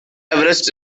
everest